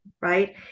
right